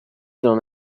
d’en